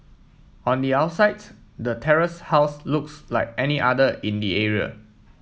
on the outside the terraced house looks like any other in the area